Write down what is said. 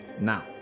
Now